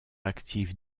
active